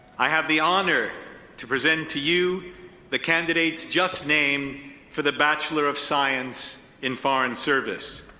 i have the honor to present to you the candidates just named for the bachelor of science in foreign service.